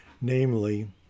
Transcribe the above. namely